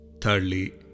Thirdly